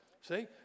See